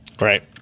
Right